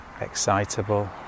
excitable